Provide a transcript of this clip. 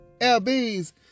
LBs